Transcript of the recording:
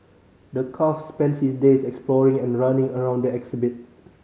the calf spends his days exploring and running around the exhibit